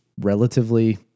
relatively